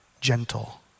gentle